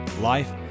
life